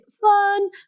fun